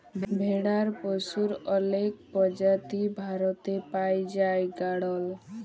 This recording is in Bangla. ভেড়ার পশুর অলেক প্রজাতি ভারতে পাই জাই গাড়ল